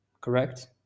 correct